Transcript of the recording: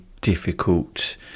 difficult